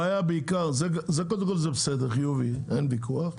זה חיובי, אין ויכוח.